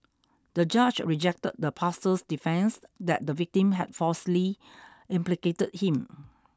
the judge rejected the pastor's defence that the victim had falsely implicated him